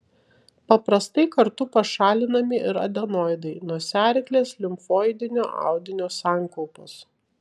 paprastai kartu pašalinami ir adenoidai nosiaryklės limfoidinio audinio sankaupos